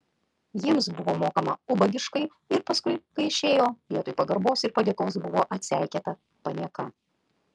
jiems buvo mokama ubagiškai ir paskui kai išėjo vietoj pagarbos ir padėkos buvo atseikėta panieka